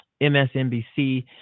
MSNBC